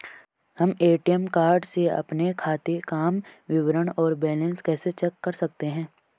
हम ATM card से अपने खाते काम विवरण और बैलेंस कैसे चेक कर सकते हैं?